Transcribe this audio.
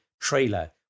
trailer